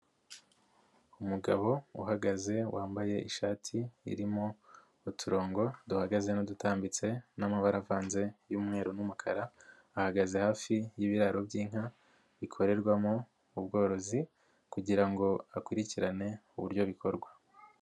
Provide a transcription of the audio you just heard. Umugabo uhagaze wambaye ishati irimo uturongo duhagaze n'udutambitse n'amabara avanze y'umweru n'umukara ahagaze hafi y'ibiraro by'inka bikorerwamo ubworozi kugira ngo akurikirane uburyo bikorwa.